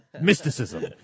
Mysticism